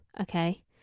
okay